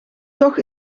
toch